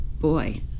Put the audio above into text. boy